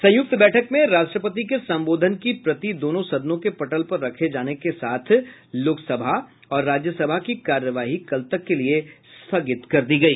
संयुक्त बैठक में राष्ट्रपति के संबोधन की प्रति दोनों सदनों के पटल पर रखे जाने के साथ लोकसभा और राज्यसभा की कार्यवाही कल तक के लिए स्थगित कर दी गई